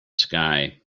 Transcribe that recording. sky